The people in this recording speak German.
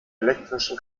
elektrischen